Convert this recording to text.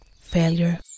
failure